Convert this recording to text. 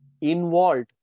involved